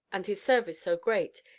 and his service so great,